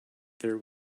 there